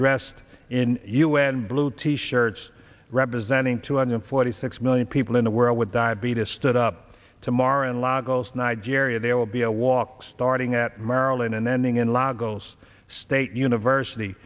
dressed in u n blue t shirts representing two hundred forty six million people in the world with diabetes stood up tomorrow in lagos nigeria there will be a walk starting at marilyn and then bring in lagos state university